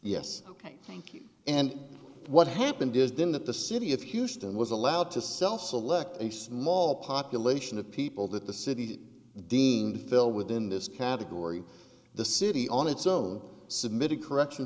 you and what happened is then that the city of houston was allowed to self selected a small population of people that the city dean fell within this category the city on its own submitted correction